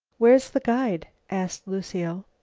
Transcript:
where's the guide? asked lucile.